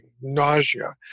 nausea